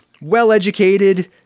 well-educated